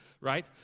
Right